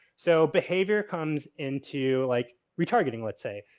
so, behavior comes in to like retargeting, let's say.